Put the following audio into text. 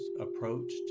approached